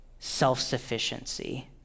self-sufficiency